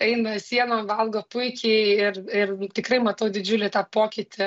eina sienom valgo puikiai ir ir tikrai matau didžiulį tą pokytį